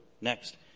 next